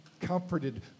comforted